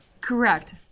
Correct